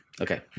Okay